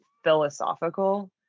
philosophical